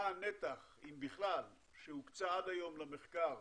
מה הנתח אם בכלל שהוקצה עד היום למחקר